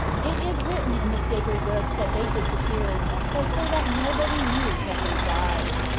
it is written in the sacred books that they disappeared, but so that nobody knew that they died.